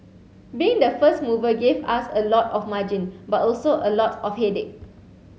being the first mover gave us a lot of margin but also a lot of headache